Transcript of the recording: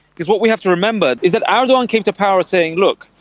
because what we have to remember is that ah erdogan came to power saying, look,